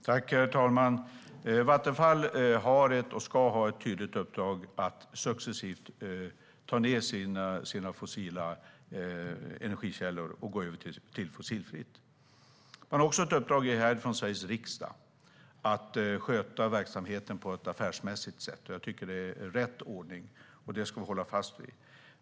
Herr talman! Vattenfall har och ska ha ett tydligt uppdrag att successivt dra ned på sina fossila energikällor och gå över till fossilfritt. Man har också ett uppdrag härifrån, från Sveriges riksdag, om att sköta verksamheten på ett affärsmässigt sätt. Det är rätt ordning. Den ska vi hålla fast vid.